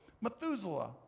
Methuselah